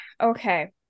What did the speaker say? okay